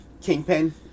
Kingpin